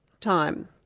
time